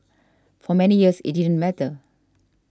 for many years it didn't matter